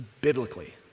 biblically